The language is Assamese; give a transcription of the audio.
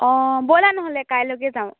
অঁ ব'লা নহ'লে কাইলৈকে যাওঁ